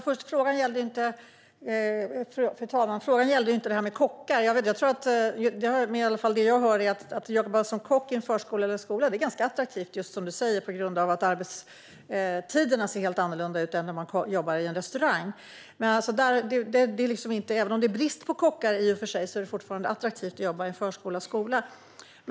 Fru talman! Frågan gällde inte kockar. Vad jag har hört är det attraktivt att jobba som kock i en förskola eller skola just för att arbetstiderna är helt annorlunda än att jobba i en restaurang. Även om det råder brist på kockar är det fortfarande attraktivt att jobba i en förskola eller skola.